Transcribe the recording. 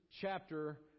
chapter